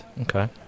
Okay